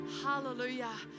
Hallelujah